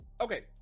Okay